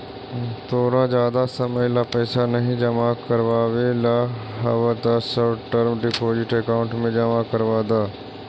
तोरा जादा समय ला पैसे नहीं जमा करवावे ला हव त शॉर्ट टर्म डिपॉजिट अकाउंट में जमा करवा द